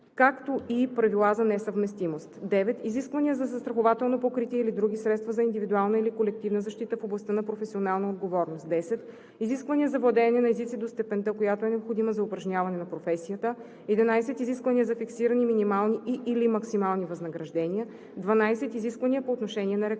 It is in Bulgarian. както и правила за несъвместимост; 9. изисквания за застрахователно покритие или други средства за индивидуална или колективна защита в областта на професионалната отговорност; 10. изисквания за владеене на езици до степента, която е необходима за упражняване на професията; 11. изисквания за фиксирани минимални и/или максимални възнаграждения; 12. изисквания по отношение на рекламата.